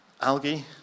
Algae